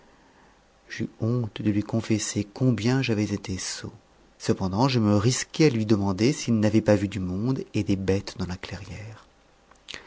j'eus honte de lui confesser combien j'avais été sot cependant je me risquai à lui demander s'il n'avait pas vu du monde et des bêtes dans la clairière